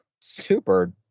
super